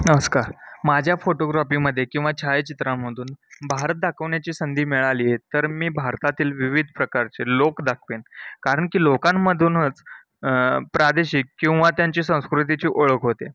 नमस्कार माझ्या फोटोग्राफीमध्ये किंवा छायाचित्रांमधून भारत दाखवण्याची संधी मिळाली आहे तर मी भारतातील विविध प्रकारचे लोक दाखवेन कारण की लोकांमधूनच प्रादेशिक किंवा त्यांची संस्कृतीची ओळख होते